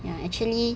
ya actually